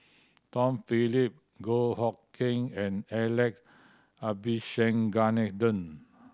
Tom Phillip Goh Hood Keng and Alex Abisheganaden